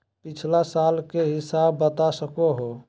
पिछला साल के हिसाब बता सको हो?